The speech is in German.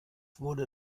wurde